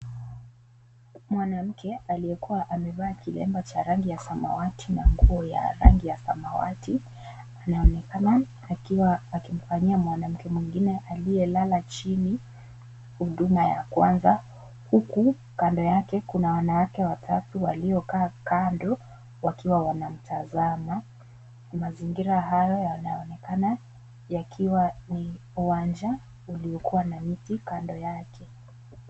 Mwanamke aliyekuwa amevaa kilemba cha rangi ya samawati na nguo ya rangi ya samawati, anaonekana akiwa, akimfanyia mwanamke mwingine aliye lala chini, huduma ya kwanza, huku kando yake kuna wanawake watatu walio kaa kando, wakiwa wanamtazama, mazingira hayo yanaonekana, yakiwa ni uwanja, ulio kuwa na miti kando yake.